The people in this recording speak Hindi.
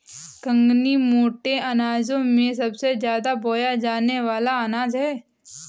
कंगनी मोटे अनाजों में सबसे ज्यादा बोया जाने वाला अनाज है